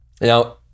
Now